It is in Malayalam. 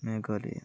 മേഘാലയ